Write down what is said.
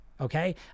Okay